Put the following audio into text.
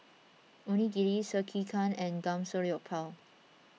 Onigiri Sekihan and Samgyeopsal